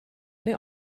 neu